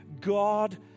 God